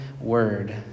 word